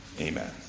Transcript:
Amen